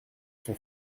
son